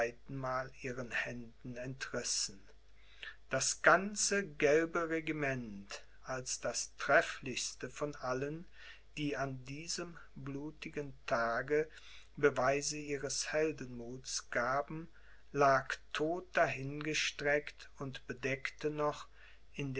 ihren händen entrissen das ganze gelbe regiment als das trefflichste von allen die an diesem blutigen tage beweise ihres heldenmuths gaben lag todt dahin gestreckt und bedeckte noch